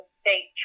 state